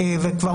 מאתמול.